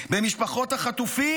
במשפחות החטופים,